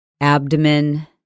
abdomen